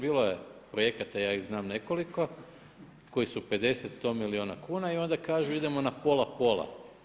Bilo je projekata, ja ih znam nekoliko koji su 50, 100 milijuna kuna i onda kažu idemo na pola pola.